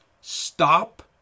Stop